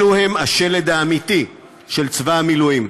אלו הם השלד האמיתי של צבא המילואים,